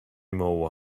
more